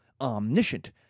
omniscient